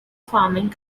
farming